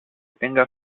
tenga